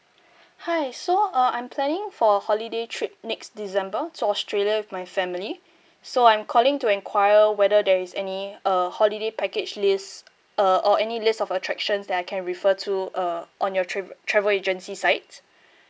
hi so uh I'm planning for a holiday trip next december to australia with my family so I'm calling to enquire whether there is any uh holiday package list uh or any list of attractions that I can refer to uh on your trav~ travel agency site